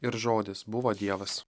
ir žodis buvo dievas